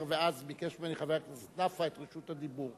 ואז ביקש ממני חבר הכנסת נפאע את רשות הדיבור.